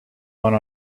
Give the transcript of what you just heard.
one